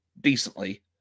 decently